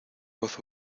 voz